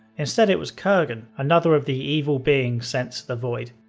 instead it was kerghan, another of the evil beings sent to the void.